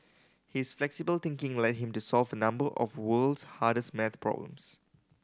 his flexible thinking led him to solve number of world's hardest maths problems